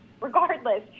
Regardless